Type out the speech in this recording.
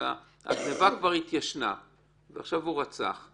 הגניבה כבר התיישנה ועכשיו הוא רצח,